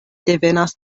devenas